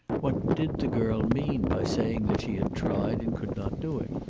what did the girl mean by saying that she had tried and could not do it?